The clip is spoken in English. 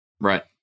Right